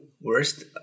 Worst